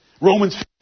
Romans